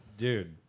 Dude